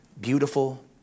beautiful